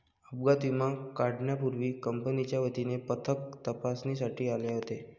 अपघात विमा काढण्यापूर्वी कंपनीच्या वतीने पथक तपासणीसाठी आले होते